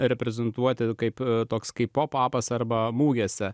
reprezentuoti kaip toks kaip popas arba mugėse